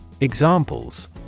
Examples